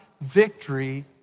victory